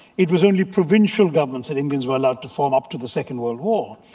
it was only provincial governments that indians were allowed to form up to the second world war.